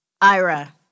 Ira